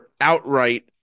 outright